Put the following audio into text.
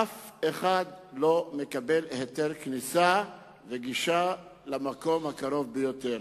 אף אחד לא מקבל היתר כניסה וגישה למקום הקרוב ביותר,